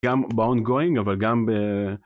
גם ב-Ongoing אבל גם ב...